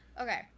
Okay